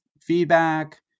feedback